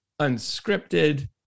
unscripted